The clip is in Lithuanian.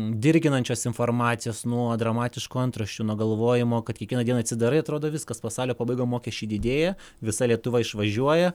dirginančios informacijos nuo dramatiškų antraščių nuo galvojimo kad kiekvieną dieną atsidarai atrodo viskas pasaulio pabaiga mokesčiai didėja visa lietuva išvažiuoja